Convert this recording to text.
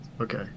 Okay